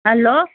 hello